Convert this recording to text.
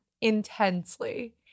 Intensely